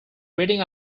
reading